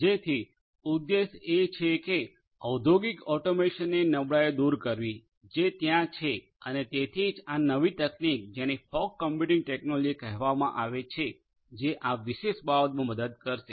જેથી ઉદેશ્ય એ છે કે ઔદ્યોગિક ઓટોમેશનની નબળાઇઓને દૂર કરવી જે ત્યાં છે અને તેથી જ આ નવી તકનીક જેને ફોગ કમ્પ્યુટિંગ ટેક્નોલોજી કહેવામાં આવે છે જે આ વિશેષ બાબતમાં મદદ કરશે